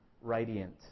radiant